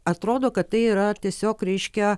atrodo kad tai yra tiesiog reiškia